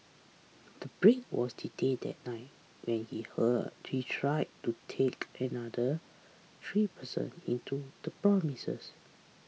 the Brit was detained that night when he hurt he tried to take another three person into the premises